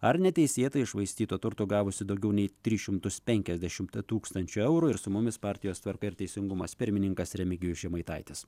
ar neteisėtai iššvaistyto turto gavusi daugiau nei tris šimtus penkiasdešimt tūkstančių eurų ir su mumis partijos tvarka ir teisingumas pirmininkas remigijus žemaitaitis